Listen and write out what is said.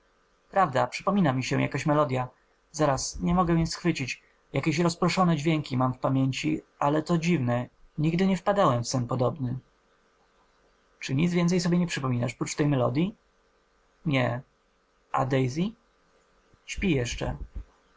prawda przypomina mi się jakaś melodja zaraz nie mogę jej schwycić jakieś rozproszone dźwięki mam w pamięci ale to dziwne nigdy nie wpadałem w sen podobny czy nic więcej sobie nie przypominasz prócz tej melodji nie a daisy śpi jeszcze